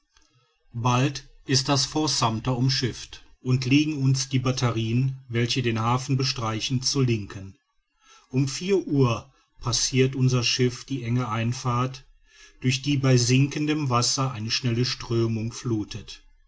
bald ist das fort sumter umschifft und liegen uns die batterien welche den hafen bestreichen zur linken um vier uhr passirt unser schiff die enge einfahrt durch die bei sinkendem wasser eine schnelle strömung fluthet